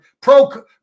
pro